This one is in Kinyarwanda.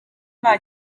nta